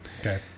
Okay